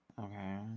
Okay